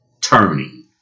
turning